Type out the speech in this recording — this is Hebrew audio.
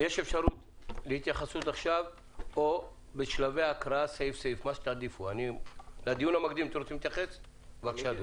בבקשה.